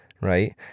right